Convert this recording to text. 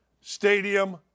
stadium